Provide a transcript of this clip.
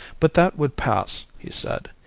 but that would pass, he said.